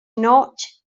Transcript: notg